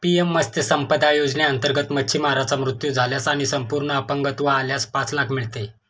PM Matsya Sampada योजनेअंतर्गत, मच्छीमाराचा मृत्यू झाल्यास आणि संपूर्ण अपंगत्व आल्यास पाच लाख मिळते